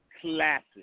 Classic